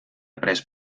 après